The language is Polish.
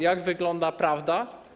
Jak wygląda prawda?